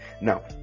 Now